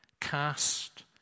cast